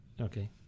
okay